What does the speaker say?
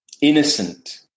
Innocent